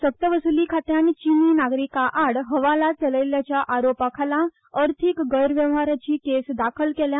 सक्तवसूली खात्यान चीनी नागरिकाआड हवाला चलयल्ल्याच्या आरोपाखाला अर्थिक गैरव्यवहाराची केस दाखल केल्या